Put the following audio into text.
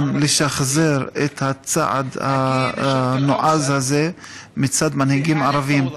לשחזר את הצעד הנועז הזה מצד מנהיגים ערבים.